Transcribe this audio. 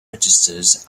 registers